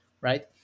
Right